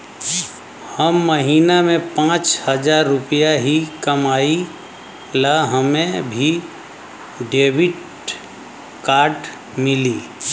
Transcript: हम महीना में पाँच हजार रुपया ही कमाई ला हमे भी डेबिट कार्ड मिली?